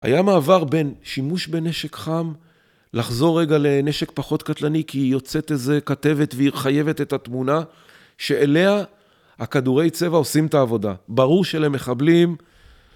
היה מעבר בין שימוש בנשק חם לחזור רגע לנשק פחות קטלני כי יוצאת איזה כתבת והיא חייבת את התמונה שאליה הכדורי צבע עושים את העבודה. ברור שלמחבלים.